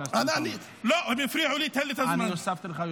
--- חבר הכנסת עטאונה, בבקשה.